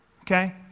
okay